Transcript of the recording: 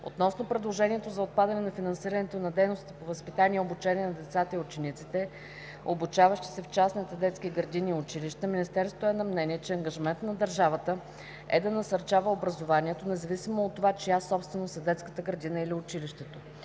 Относно предложението за отпадане на финансирането на дейностите по възпитание и обучение на децата и учениците, обучаващи се в частните детски градини и училища, Министерството е на мнение, че ангажимент на държавата е да насърчава образованието, независимо от това чия собственост е детската градина или училището.